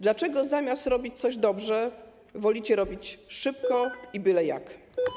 Dlaczego zamiast robić coś dobrze, wolicie robić szybko i byle jak?